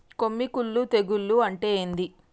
కొమ్మి కుల్లు తెగులు అంటే ఏంది?